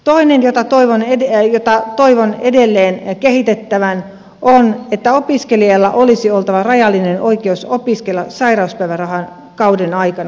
toinen jota toivon edelleen kehitettävän on se että opiskelijalla olisi oltava rajallinen oikeus opiskella sairauspäivärahakauden aikana